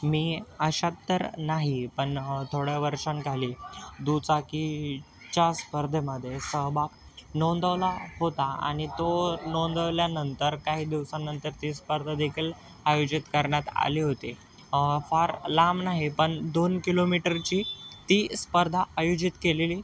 मी अशात तर नाही पण थोड्या वर्षांखाली दुचाकी च्या स्पर्धेमध्ये सहभाग नोंदवला होता आणि तो नोंदवल्यानंतर काही दिवसांनंतर ती स्पर्धादेखील आयोजित करण्यात आली होती फार लांब नाही पण दोन किलोमिटरची ती स्पर्धा आयोजित केलेली